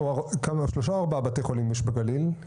כמה בתי חולים יש בגליל, שלושה או ארבעה?